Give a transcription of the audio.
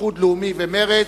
האיחוד הלאומי ומרצ,